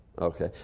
Okay